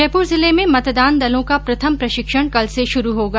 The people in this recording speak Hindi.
जयपुर जिले में मतदान दलों का प्रथम प्रशिक्षण कल से शुरू होगा